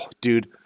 Dude